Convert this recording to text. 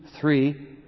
three